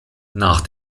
nach